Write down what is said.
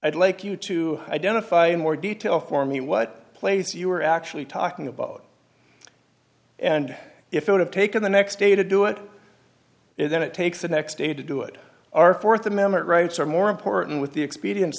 i'd like you to identify in more detail for me what place you are actually talking about and if you have taken the next day to do it then it takes the next day to do it our fourth amendment rights are more important with the expedienc